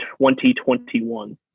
2021